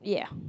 yeah